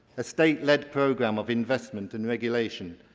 a state led programme of investment and regulation,